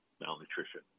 Malnutrition